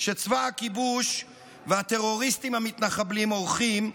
שצבא הכיבוש והטרוריסטים המתנחבלים עורכים,